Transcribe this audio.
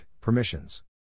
permissions